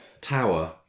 tower